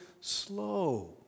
slow